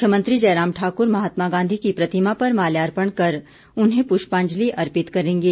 मुख्यमंत्री जयराम ठाक्र महात्मा गांधी की प्रतिमा पर माल्याअर्पण कर उन्हें पुष्पाजंलि अर्पित करेंगे